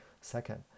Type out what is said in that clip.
Second